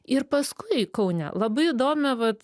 ir paskui kaune labai įdomią vat